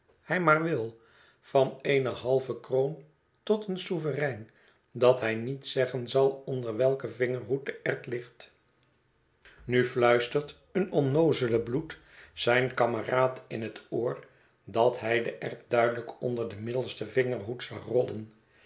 hij maar wil van eene halve kroon tot een sovereign dat hij niet zeggen zal onder welken vingerhoed de erwt ligt nu fluistert een onnoozele bloed zijn kameraad in het oor dat hij de erwt duidelijk onder den middelsten vingerhoed zag rollen